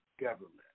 government